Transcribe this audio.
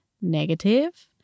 negative